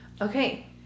Okay